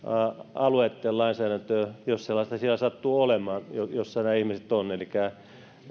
alueitten lainsäädäntöä jos sellaista siellä sattuu olemaan jossa nämä ihmiset ovat elikkä